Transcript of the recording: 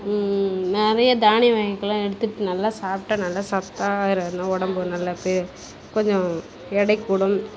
நிறைய தானிய வகைகள்லாம் எடுத்துட்டு நல்லா சாப்பிடா நல்லா சத்தாக இருந்தால் உடம்பு நல்லது கொஞ்சம் எடை கூடும்